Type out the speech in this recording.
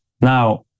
Now